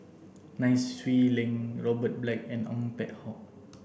Nai Swee Leng Robert Black and Ong Peng Hock